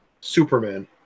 Superman